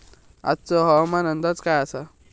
आजचो हवामान अंदाज काय आसा?